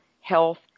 health